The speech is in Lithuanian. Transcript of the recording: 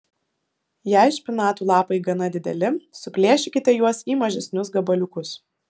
jei špinatų lapai gana dideli suplėšykite juos į mažesnius gabaliukus